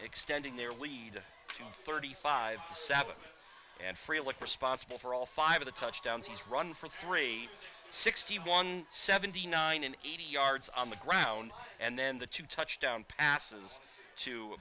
extending their lead thirty five to seven and free what for sponsible for all five of the touchdowns he's run for three sixty one seventy nine and eighty yards on the ground and then the two touchdown passes to